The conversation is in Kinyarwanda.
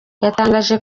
yatangaje